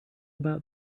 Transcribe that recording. about